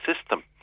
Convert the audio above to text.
system